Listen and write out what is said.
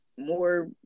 More